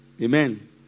Amen